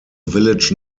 village